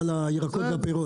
על הפירות והירקות.